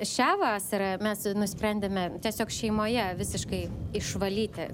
šią vasarą mes nusprendėme tiesiog šeimoje visiškai išvalyti